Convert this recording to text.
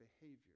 behavior